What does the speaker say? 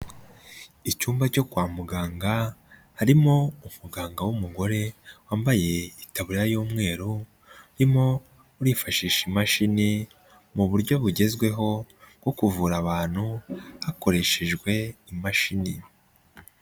Icyumba cyo kwa muganga harimo umuganga w'umugore wambaye itaburiya y'umweru, urimo urifashisha imashini mu buryo bugezweho bwo kuvura abantu hakoreshejwe imashini.